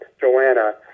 Joanna